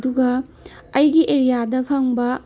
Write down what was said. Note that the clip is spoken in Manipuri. ꯑꯗꯨꯒ ꯑꯩꯒꯤ ꯑꯦꯔꯤꯌꯥꯗ ꯐꯪꯕ